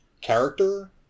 character